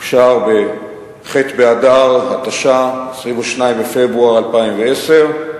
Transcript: החוק אושר בח' באדר התש"ע, 22 בפברואר 2010,